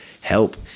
help